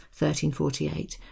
1348